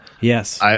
Yes